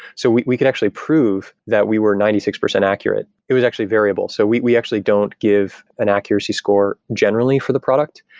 so we we can actually prove that we were ninety six percent accurate. it was actually a variable. so we we actually don't give an accuracy score generally for the product.